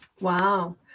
Wow